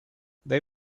they